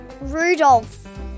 Rudolph